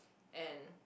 and